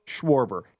Schwarber